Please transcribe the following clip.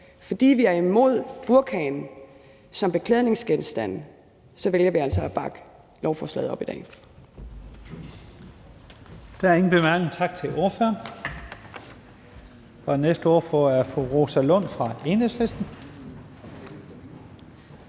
fordi vi er imod burkaen som beklædningsgenstand, vælger vi at bakke lovforslaget op i dag.